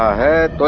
had